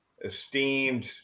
esteemed